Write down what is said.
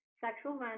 Sexual